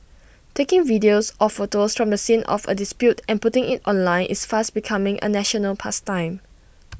taking videos or photos from the scene of A dispute and putting IT online is fast becoming A national pastime